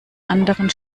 anderen